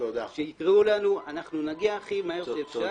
כשיקראו לנו אנחנו נגיע הכי מהר שאפשר,